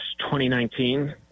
2019